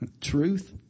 Truth